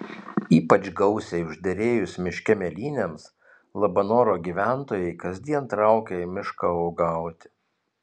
ypač gausiai užderėjus miške mėlynėms labanoro gyventojai kasdien traukia į mišką uogauti